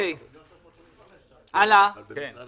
לעמותה